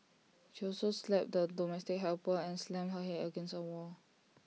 she also slapped the domestic helper and slammed her Head against A wall